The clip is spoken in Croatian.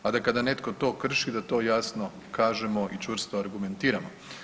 A da kada netko to krši da to jasno kažemo i čvrsto argumentiramo.